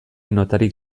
notarik